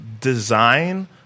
design